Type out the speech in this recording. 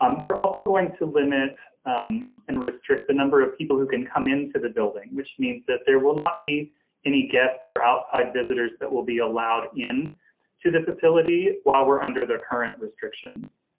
um we're also going to limit and restrict the number of people who can come into the building, which means that there will not be any guests or outside visitors that will be allowed in to the facility while we're under their current restrictions,